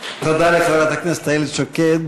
תודה לחברת הכנסת איילת שקד.